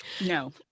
No